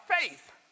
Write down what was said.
faith